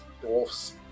Dwarfs